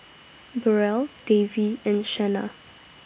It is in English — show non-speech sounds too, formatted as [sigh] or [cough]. [noise] Burrell Davy [noise] and Shenna